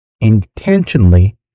intentionally